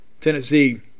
Tennessee